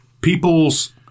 people's